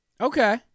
Okay